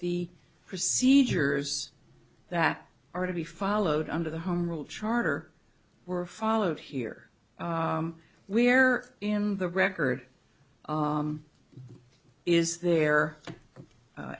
the procedures that are to be followed under the home rule charter were followed here we are in the record is there